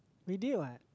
we did what